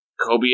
Kobe